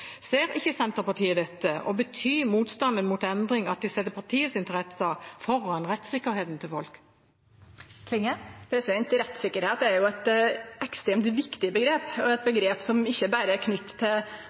Ser ikke Senterpartiet dette? Betyr motstanden mot endringer at de setter partiets interesser foran rettssikkerheten til folk? Rettssikkerheit er eit ekstremt viktig omgrep, og